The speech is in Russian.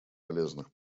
полезных